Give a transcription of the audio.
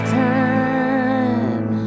time